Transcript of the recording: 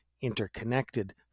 interconnected